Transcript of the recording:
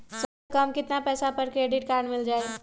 सबसे कम कतना पैसा पर क्रेडिट काड मिल जाई?